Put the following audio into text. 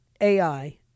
AI